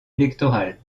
électoral